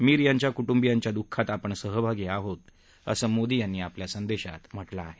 मीर यांच्या कुटुंबियांच्या दुःखात आपण सहभागी आहोत असंही मोदी यांनी आपल्या संदेशात म्हटलं आहे